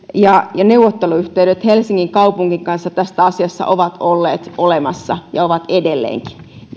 ja ja neuvotteluyhteydet helsingin kaupungin kanssa tässä asiassa ovat olleet olemassa ja ovat edelleenkin